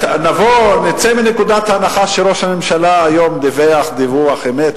נצא מנקודת הנחה שראש הממשלה היום דיווח דיווח אמת,